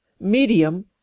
Medium